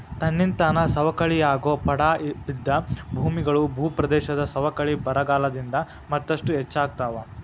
ತನ್ನಿಂತಾನ ಸವಕಳಿಯಾಗೋ ಪಡಾ ಬಿದ್ದ ಭೂಮಿಗಳು, ಭೂಪ್ರದೇಶದ ಸವಕಳಿ ಬರಗಾಲದಿಂದ ಮತ್ತಷ್ಟು ಹೆಚ್ಚಾಗ್ತಾವ